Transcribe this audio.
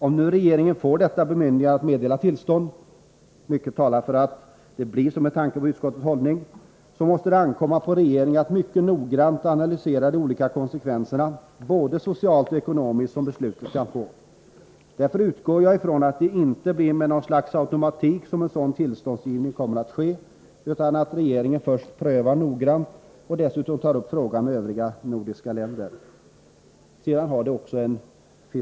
Om nu regeringen får detta bemyndigande att meddela tillstånd — och mycket talar för att det blir så med tanke på utskottets hållning — så måste det ankomma på regeringen att mycket noggrant analysera de olika konsekvenser, både socialt och ekono miskt, som beslutet kan få. Därför utgår jag från att det inte blir med något Nr 153 slags automatik som en sådan tillståndsgivning kommer att ske, utan att É Torsdagen den regeringen först prövar frågan noggrant och dessutom tar upp den med 24 maj 1984 övriga nordiska länder.